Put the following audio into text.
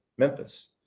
Memphis